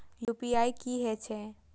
UPI की हेछे?